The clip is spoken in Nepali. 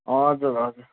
हजुर हजुर